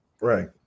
Right